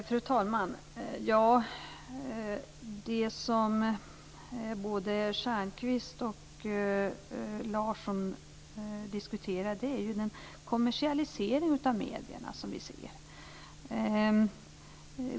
Fru talman! Det som både Stjernkvist och Larsson diskuterar är den kommersialisering av medierna som vi ser.